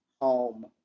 home